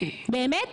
באמת?